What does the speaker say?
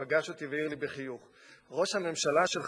פגש אותי והעיר לי בחיוך: ראש הממשלה שלך